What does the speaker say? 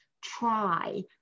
try